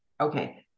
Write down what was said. okay